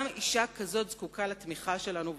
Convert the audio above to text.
גם אשה כזאת זקוקה לתמיכה שלנו,